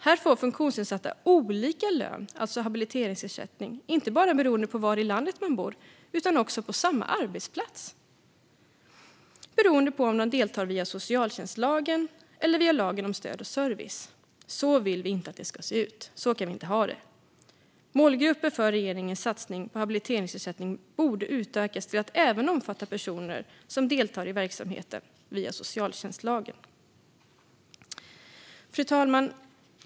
Här får funktionsnedsatta olika lön, det vill säga habiliteringsersättning, inte bara beroende på var i landet de bor utan också på samma arbetsplats beroende på om de deltar via socialtjänstlagen eller via lagen om stöd och service. Så vill inte vi att det ska se ut. Så kan vi inte ha det. Målgruppen för regeringens satsning på habiliteringsersättning borde utökas till att även omfatta personer som deltar i verksamheten via socialtjänstlagen. Fru talman!